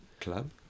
club